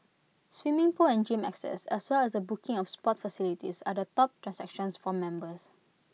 swimming pool and gym access as well as the booking of sports facilities are the top transactions for members